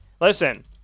Listen